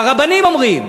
הרבנים אומרים,